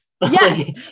Yes